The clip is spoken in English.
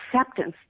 acceptance